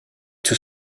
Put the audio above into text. too